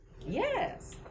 Yes